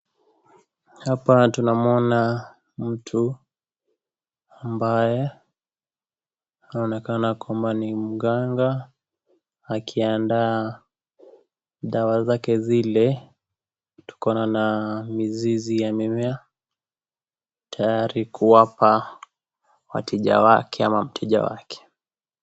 Hapa tunamuona mtu, ambaye anaonekana kwamba ni mganga, akiandaa dawa zake zile. Tuko na mizizi ya mimea, tayari kuwapa wateja wake ama mteja wake.